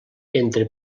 entre